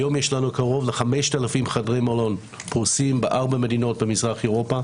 היום יש לנו קרוב ל-5,000 חדרי מלון הפרוסים בארבע מדינות במזרח אירופה.